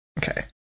Okay